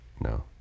No